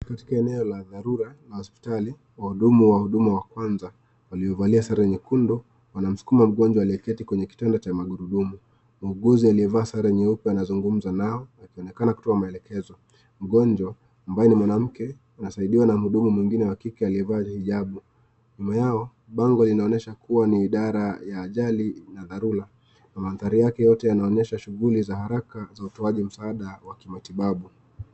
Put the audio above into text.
Katika eneo la dharura la hospitali, wahudumu wa huduma wa kwanza waliovalia sare nyekundu wanamsukuma mgonjwa aliyeketi kwenye kitanda cha magurudumu. Muuguzi aliyevaa sare nyeupe anazungumza nao akionekana kutoa maelekezo. Mgonjwa, ambaye ni mwanamke, anasaidiwa na mhudumu mwingine wa kike aliyevaa hijabu. Nyuma yao, bango linaonyesha kuwa ni idara ya ajali na dharura na mandhari yake yote yanaonyesha shughuli za haraka za utoaji msaada wa kimatibabu.